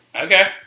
Okay